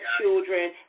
children